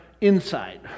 inside